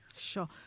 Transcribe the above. Sure